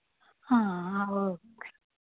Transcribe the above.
okay